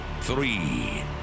three